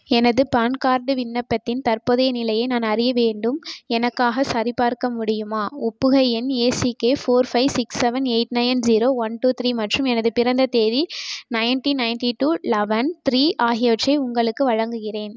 எனது PAN card விண்ணப்பத்தின் தற்போதைய நிலையை நான் அறிய வேண்டும் எனக்காகச் சரிபார்க்க முடியுமா ஒப்புகை எண் ACK four five six seven eight nine zero one two three மற்றும் எனது பிறந்த தேதி nineteen ninety two eleven three ஆகியவற்றை உங்களுக்கு வழங்குகிறேன்